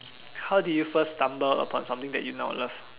how did you first stumble upon something that you now love